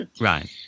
Right